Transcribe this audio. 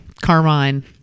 Carmine